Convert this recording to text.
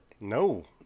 No